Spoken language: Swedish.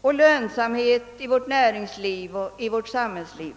och lönsamhet i vårt näringsliv och i vårt samhällsliv.